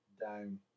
down